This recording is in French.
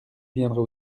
viendras